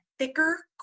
Thicker